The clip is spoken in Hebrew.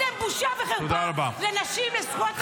אתם בושה וחרפה לנשים נשואות,